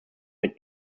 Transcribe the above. mit